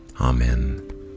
Amen